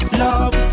love